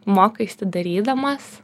mokaisi darydamas